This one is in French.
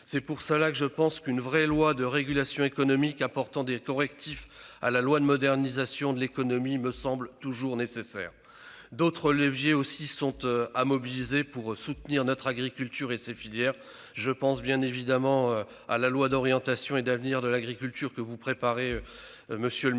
C'est pourquoi je pense qu'une vraie loi de régulation économique, apportant des correctifs à la loi de modernisation de l'économie, est toujours nécessaire. D'autres leviers doivent aussi être mobilisés pour soutenir notre agriculture et ses filières. Je pense notamment au projet de loi d'orientation et d'avenir de l'agriculture que vous préparez, monsieur le ministre,